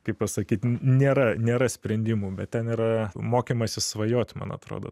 kaip pasakyt nėra nėra sprendimų bet ten yra mokymasis svajot man atrodo